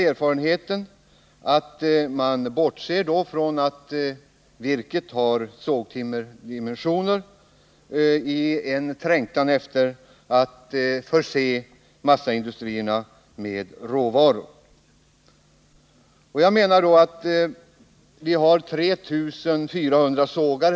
Erfarenheten visar att man då, i trängtan efter att förse massaindustrierna med råvaror, bortser från att virket har sågtimmerdimensioner. Vi har här i landet 3 400 sågar.